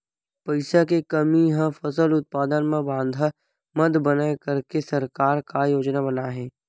पईसा के कमी हा फसल उत्पादन मा बाधा मत बनाए करके सरकार का योजना बनाए हे?